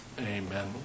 Amen